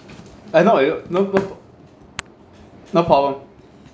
eh no rea~ no no no problem